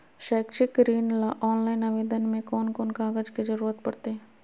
शैक्षिक ऋण ला ऑनलाइन आवेदन में कौन कौन कागज के ज़रूरत पड़तई?